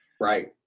Right